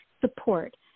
support